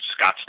Scottsdale